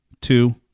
two